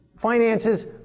finances